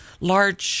large